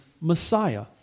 Messiah